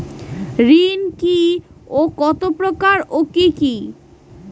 ঋণ কি ও কত প্রকার ও কি কি?